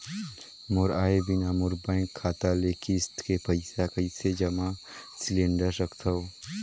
मोर आय बिना मोर बैंक खाता ले किस्त के पईसा कइसे जमा सिलेंडर सकथव?